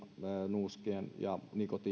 nuuskien ja nikotiinin myynnin